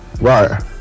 Right